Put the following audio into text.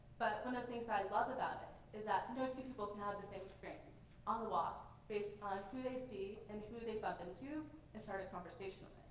but one of the things i love about it is that no two people can have the same experience on the walk based on who they see and who they bump into and start a conversation